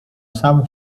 sam